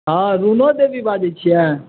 हाँ रुना देवी बाजै छियै